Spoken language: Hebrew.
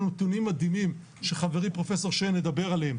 נתונים מדהימים שחברי פרופסור שיין ידבר עליהם,